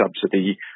subsidy